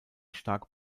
stark